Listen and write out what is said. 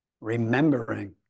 remembering